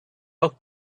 looked